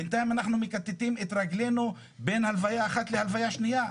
בינתיים אנחנו מכתתים את רגלינו בין הלוויה אחת להלוויה שנייה.